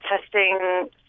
testing